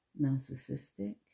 Narcissistic